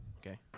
Okay